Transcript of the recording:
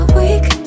weak